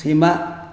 सैमा